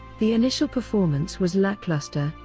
the initial performance was lackluster,